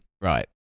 Right